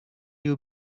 you